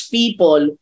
people